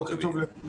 בוקר טוב לכולם.